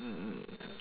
mm mm